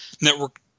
network